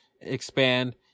expand